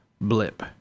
blip